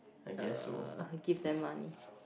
uh give them money